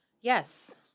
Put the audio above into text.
Yes